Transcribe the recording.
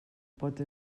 pot